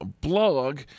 blog